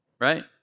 Right